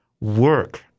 work